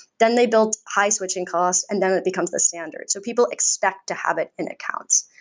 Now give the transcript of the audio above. then they built high-switching costs, and then it becomes the standard. so people expect to have it in accounts.